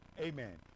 Amen